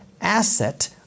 asset